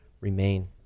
remain